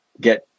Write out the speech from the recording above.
get